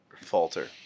falter